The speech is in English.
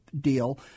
deal